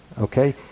okay